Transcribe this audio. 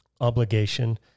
obligation